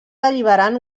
alliberant